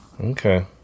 Okay